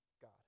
God